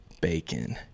bacon